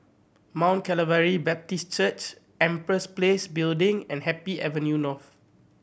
Mount Calvary Baptist Church Empress Place Building and Happy Avenue North